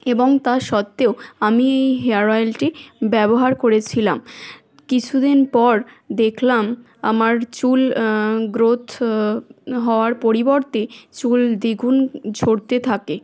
এবং তার সত্ত্বেও আমি এই হেয়ার অয়েলটি ব্যবহার করেছিলাম কিছু দিন পর দেখলাম আমার চুল গ্রোথ হওয়ার পরিবর্তে চুল দ্বিগুন ঝরতে থাকে